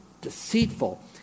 deceitful